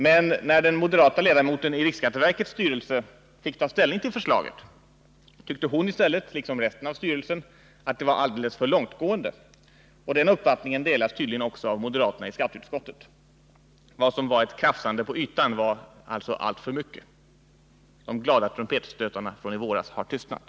Men när den moderata ledamoten i riksskatteverkets styrelse fick ta ställning till förslaget tyckte hon i stället — liksom resten av styrelsen — att det var alldeles för långtgående, och den uppfattningen delas tydligen också av moderaterna i skatteutskottet. Vad som förut var ett krafsande på ytan var alltså vid närmare granskning alldeles för mycket. De glada trumpetstötarna från i våras har tystnat.